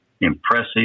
impressive